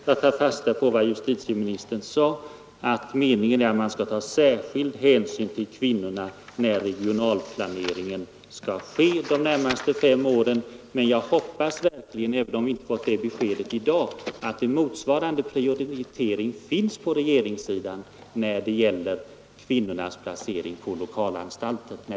Jag tar fasta på justitieministerns uttalande att meningen är att man skall ta särskild hänsyn till kvinnorna när regionalplaneringen sker de närmaste fem åren. Men jag hoppas verkligen — även om vi inte fått något sådant besked i dag — att en motsvarande prioritering görs på regeringssidan när det gäller utbyggnaden av lokalanstalter.